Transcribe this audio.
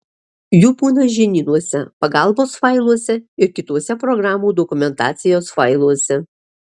jų būna žinynuose pagalbos failuose ir kituose programų dokumentacijos failuose